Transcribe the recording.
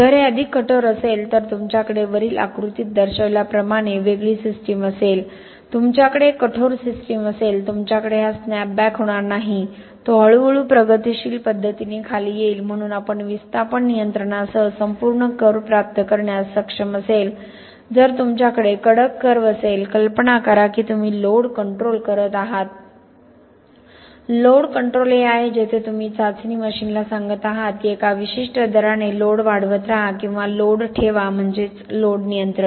जर हे अधिक कठोर असेल तर तुमच्याकडे वरील आकृतीत दर्शविल्याप्रमाणे वेगळी सिस्टम असेल तुमच्याकडे एक कठोर सिस्टम असेल तुमच्याकडे हा स्नॅपबॅक होणार नाही तो हळूहळू प्रगतीशील पद्धतीने खाली येईल म्हणून आपण विस्थापन नियंत्रणासह संपूर्ण कर्व्ह प्राप्त करण्यास सक्षम असेल जर तुमच्याकडे कडक कर्व्ह असेल कल्पना करा की तुम्ही लोड कंट्रोल करत आहात लोड कंट्रोल हे आहे जेथे तुम्ही चाचणी मशीनला सांगत आहात की एका विशिष्ट दराने लोड वाढवत रहा किंवा लोड ठेवा म्हणजे लोड नियंत्रण